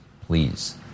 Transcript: Please